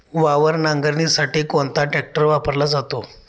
वावर नांगरणीसाठी कोणता ट्रॅक्टर वापरला जातो?